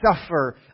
suffer